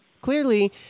clearly